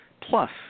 Plus